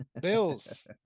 bills